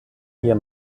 ihr